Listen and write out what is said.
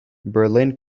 berlin